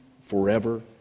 forever